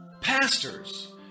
Pastors